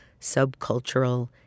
subcultural